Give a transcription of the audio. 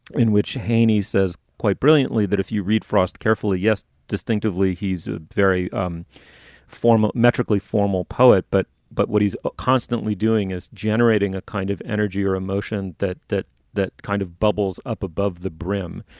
in which heinies says quite brilliantly. but if you read frost carefully. yes, distinctively. he's a very um formal metrically formal poet. but but what he's constantly doing is generating a kind of energy or emotion that that that kind of bubbles up above the brim.